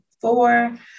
Four